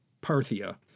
Parthia